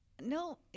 no